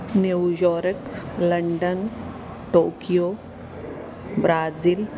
New York London Tokyo Brazil